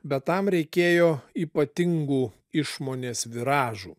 bet tam reikėjo ypatingų išmonės viražų